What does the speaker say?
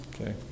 Okay